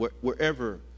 wherever